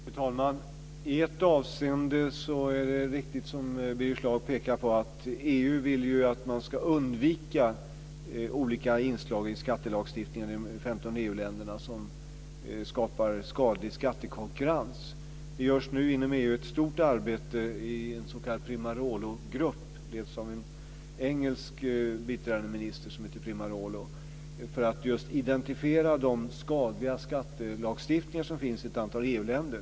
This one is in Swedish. Fru talman! I ett avseende är det Birger Schlaug pekar på riktigt, nämligen att EU vill att man i de 15 EU-länderna ska undvika vissa inslag i skattelagstiftningen som skapar skadlig skattekonkurrens. Det görs nu inom EU ett stort arbete i den s.k. Primarologruppen - den leds av en engelsk biträdande minister som heter Primarolo - för att just identifiera de skadliga skattelagstiftningar som finns i ett antal EU-länder.